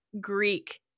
Greek